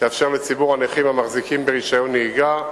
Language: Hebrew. יאפשר לציבור הנכים המחזיקים ברשיון נהיגה,